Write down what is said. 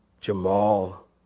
Jamal